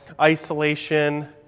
isolation